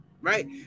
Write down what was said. right